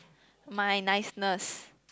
my niceness